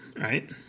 right